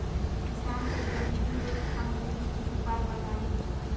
किसान के गरीबी रोकथाम हेतु कुछ उपाय बताई?